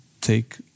take